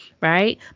right